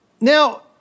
Now